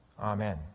amen